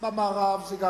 גם במערב זה נע